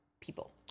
people